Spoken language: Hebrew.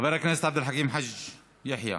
חבר הכנסת עבד אל חכים חאג' יחיא,